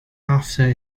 after